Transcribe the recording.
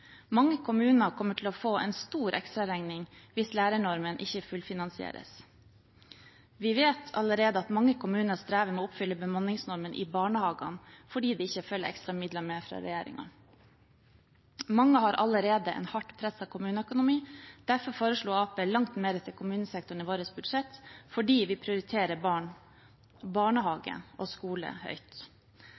Mange kommuner kommer til å få en stor ekstraregning hvis lærernormen ikke fullfinansieres. Vi vet allerede at mange kommuner strever med å oppfylle bemanningsnormen i barnehagene, fordi det ikke følger ekstra midler med fra regjeringen. Mange har allerede en hardt presset kommuneøkonomi. Derfor foreslo vi i Arbeiderpartiet langt mer til kommunesektoren i vårt budsjett, fordi vi prioriterer barn, barnehage og skole høyt.